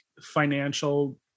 financial